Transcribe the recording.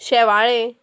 शेवाळें